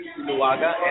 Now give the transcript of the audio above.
Luaga